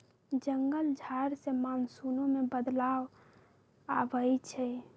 जंगल झार से मानसूनो में बदलाव आबई छई